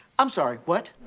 i'm sorry, what?